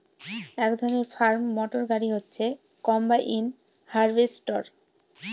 এক ধরনের farm motor গাড়ি হচ্ছে কম্বাইন হার্ভেস্টর